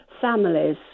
families